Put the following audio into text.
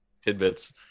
tidbits